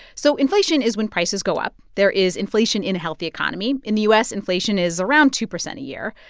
so inflation is when prices go up. there is inflation in a healthy economy. in the u s, inflation is around two percent a year.